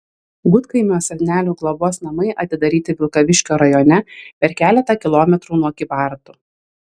gudkaimio senelių globos namai atidaryti vilkaviškio rajone per keletą kilometrų nuo kybartų